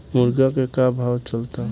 मुर्गा के का भाव चलता?